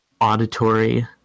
auditory